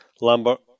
Lambert